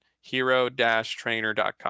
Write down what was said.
hero-trainer.com